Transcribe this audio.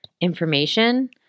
information